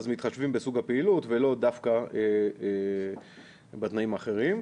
אז מתחשבים בסוג הפעילות ולא דווקא בתנאים האחרים.